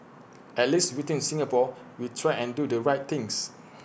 at least within Singapore we try and do the right things